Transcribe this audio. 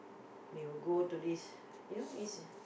they will go to this you know is